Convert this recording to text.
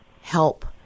help